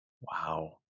wow